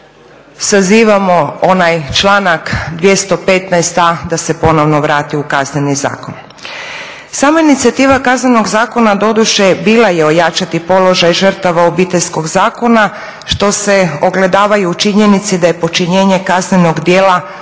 zazivamo onaj članak 215.a da se ponovno vrati u Kazneni zakon. Sama inicijativa Kaznenog zakona doduše bila je ojačati položaj žrtava obiteljskog zakona što se ogledava u činjenici da je počinjenje kaznenog djela